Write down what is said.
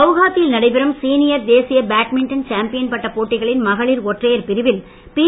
குவகாத்தியில் நடைபெறும் சீனியர் தேசிய badminton champion பட்டப் போட்டிகளின் மகளிர் ஒற்றையர் பிரிவில் பி